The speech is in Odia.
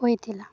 ହୋଇଥିଲା